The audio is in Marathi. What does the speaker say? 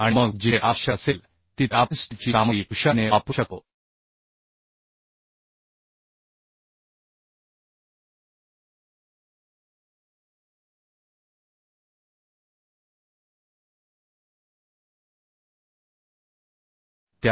आणि मग जिथे आवश्यक असेल तिथे आपण स्टीलची सामग्री हुशारीने वापरू शकतो